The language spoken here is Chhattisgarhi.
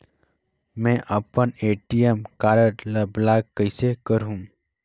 मै अपन ए.टी.एम कारड ल ब्लाक कइसे करहूं?